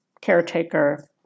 Caretaker